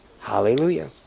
Hallelujah